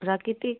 ᱯᱨᱟᱠᱨᱤᱛᱤᱠ